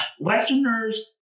Westerners